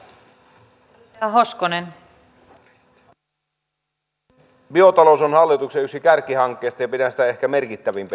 biotalous on yksi hallituksen kärkihankkeista ja pidän sitä ehkä merkittävimpänä siellä